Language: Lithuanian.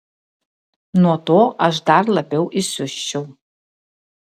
nuo to aš dar labiau įsiusčiau